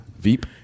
VEEP